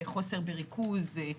חוסר בריכוז,